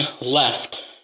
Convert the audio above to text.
left